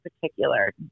particular